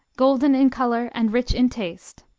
golden in color and rich in taste.